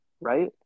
right